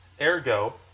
ergo